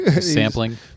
sampling